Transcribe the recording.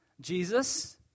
Jesus